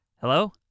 Hello